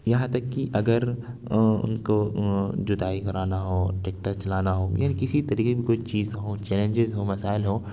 یہاں تک کہ اگر ان کو جتائی کرانا ہو ٹیکٹر چلانا ہو یعنی کسی طریقے کی کوئی چیز ہو چیلنجز ہوں مسائل ہوں